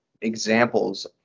examples